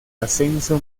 ascenso